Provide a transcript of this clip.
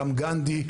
גם למתחם גנדי,